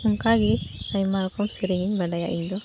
ᱚᱱᱠᱟ ᱜᱮ ᱟᱭᱢᱟ ᱨᱚᱠᱚᱢ ᱥᱮᱨᱮᱧᱤᱧ ᱵᱟᱰᱟᱭ ᱤᱧᱫᱚ